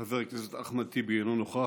חבר הכנסת אחמד טיבי, אינו נוכח.